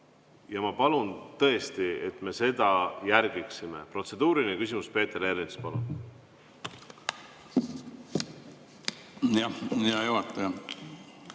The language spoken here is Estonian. ja ma palun tõesti, et me seda järgiksime. Protseduuriline küsimus, Peeter Ernits, palun! Hea juhataja!